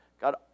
God